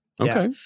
Okay